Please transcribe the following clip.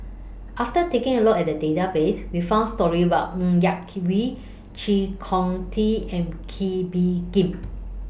after taking A Look At The Database We found stories about Ng Yak Whee Chee Kong Tet and Kee Bee Khim